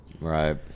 Right